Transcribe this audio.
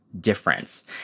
difference